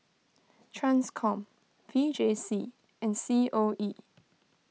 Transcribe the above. Transcom V J C and C O E